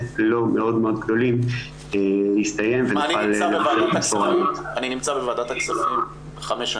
לא מאוד גדולים יסתיים ונוכל --- אני נמצא בוועדת הכספים חמש שנים.